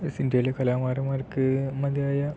ഇന്ത്യയിലെ കലാകാരന്മാർക്ക് മതിയായ